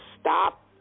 stop